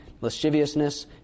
lasciviousness